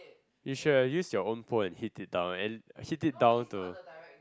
you should have used your own pole and hit it down and hit it down to